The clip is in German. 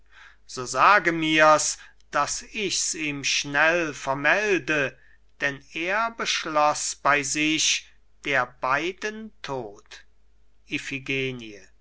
so sage mir's daß ich's ihm schnell vermelde denn er beschloß bei sich der beiden tod